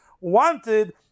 wanted